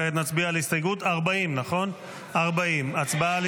כעת נצביע על הסתייגות 40. הצבעה על